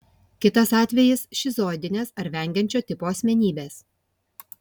kitas atvejis šizoidinės ar vengiančio tipo asmenybės